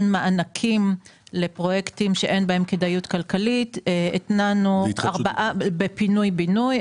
מענקים לפרויקטים שאין בהם כדאיות כלכלית בפינוי בינוי,